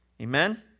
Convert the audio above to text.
Amen